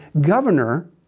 governor